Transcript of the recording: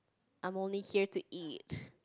I'm only here to eat